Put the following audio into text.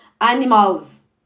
animals